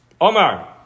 Omar